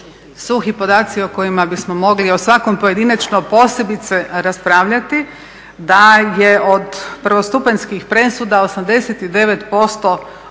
suhi podaci o kojima bismo mogli o svakom pojedinačno posebice raspravljati da je od prvostupanjskih presuda 89% osuđujućih.